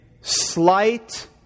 slight